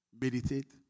Meditate